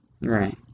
Right